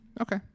Okay